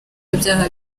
ibyaha